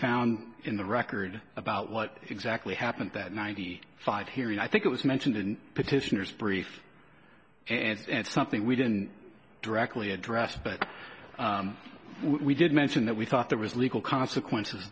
found in the record about what exactly happened that ninety five hearing i think it was mentioned in petitioners brief and something we didn't directly address but we did mention that we thought there was legal consequences